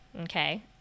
okay